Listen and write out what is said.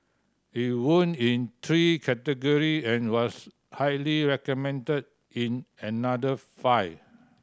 it won in three category and was highly recommended in another five